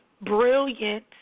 brilliant